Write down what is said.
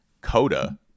Coda